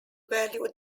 value